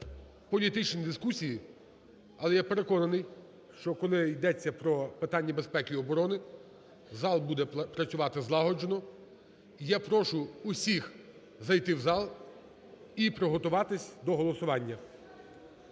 політичні дискусії. Але я переконаний, що, коли йдеться про питання безпеки і оборони, зал буде працювати злагоджено. І я прошу всіх зайти в зал і приготуватись до голосування.